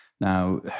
Now